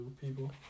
People